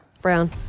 Brown